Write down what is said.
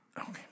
Okay